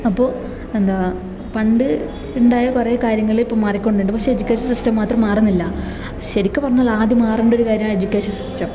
അപ്പോൾ എന്താ പണ്ട് ഉണ്ടായ കുറേ കാര്യങ്ങള് ഇപ്പം മാറികൊണ്ടുണ്ട് പക്ഷെ എജ്യുക്കേഷൻ സിസ്റ്റം മാത്രം മാറുന്നില്ല ശരിക്ക് പറഞ്ഞാലാദ്യം മാറണ്ട ഒരു കാര്യമാണ് എജ്യുക്കേഷൻ സിസ്റ്റം